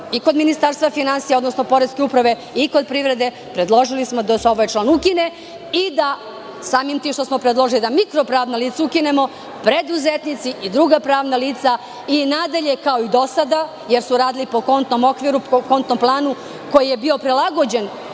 i kod Ministarstva finansija, odnosno poreske uprave i kod privrede predložili smo da se ovaj član ukine. Samim tim što smo predložili da mikro pravna lica ukinemo, preduzetnici i druga pravna lica i nadalje kao i do sada, jer su radili po kontima, po kontnom planu koji je bio prilagođeno